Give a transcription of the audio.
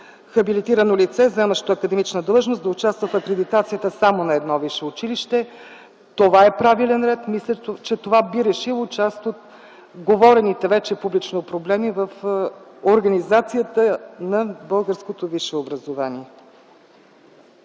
„Хабилитирано лице, заемащо академична длъжност да участва в акредитацията само на едно висше училище”. Това е правилен ред и мисля, че това би решило част от изговорените вече публично проблеми в организацията на българското висше образование.